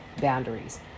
boundaries